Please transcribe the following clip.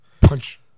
Punch